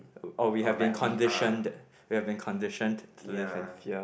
or we have been conditioned the or we have been conditioned to live in fear